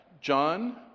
John